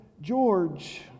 George